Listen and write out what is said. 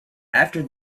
after